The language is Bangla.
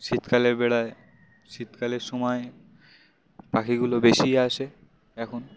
শীতকালে বের হয় শীতকালের সময় পাখিগুলো বেশিই আসে এখন